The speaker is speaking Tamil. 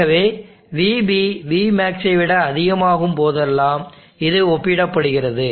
ஆகவே vB vmaxஐ விட அதிகமாகும் போதெல்லாம் இது ஒப்பிடப்படுகிறது